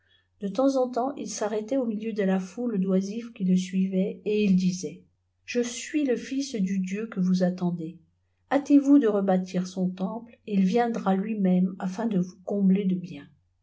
de temp en temps il s'arrêtait au miuu de laîqul difs féi le suivait et ï disait je suis le fils du dieu qfie vsstendez bâites vous de rebâtir son temple et il viendra hiîsqlôme afin de vous combler de bieas